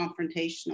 confrontational